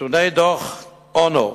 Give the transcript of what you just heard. נתוני דוח-אונו,